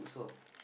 futsal